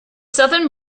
southern